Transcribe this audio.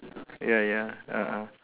ya ya ah ah